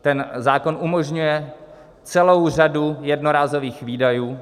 Ten zákon umožňuje celou řadu jednorázových výdajů.